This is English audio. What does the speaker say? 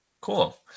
Cool